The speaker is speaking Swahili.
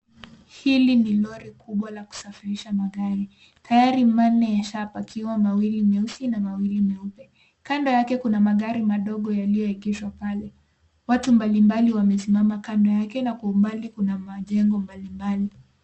Hili ni lori kubwa la kusafirisha magari. Tayari manne yashapakiwa mawili meusi na mawili meupe. Kando yake kuna magari madogo yalioegeshwa pale. Watu mbali mbali wamesimama kando yake na kwa umbali kuna majengo mbali mbali.